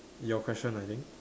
your question I think